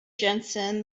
jensen